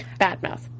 badmouth